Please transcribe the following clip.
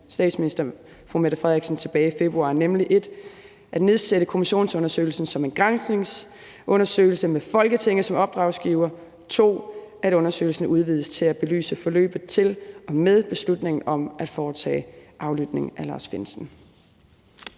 statsministeren tilbage i februar, nemlig 1) at nedsætte kommissionsundersøgelsen som en granskningsundersøgelse med Folketinget som opdragsgiver, og 2) at undersøgelsen udvides til at belyse forløbet til og med beslutningen om at foretage aflytning af Lars Findsen.